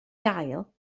gael